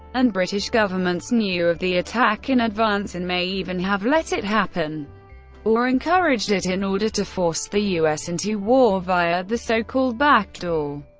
and british governments knew of the attack in advance and may even have let it happen or encouraged it in order to force the u s. into war via the so-called back door.